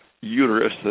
uterus